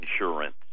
insurance